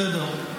בסדר.